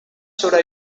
should